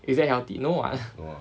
is that healthy no [what]